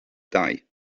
dau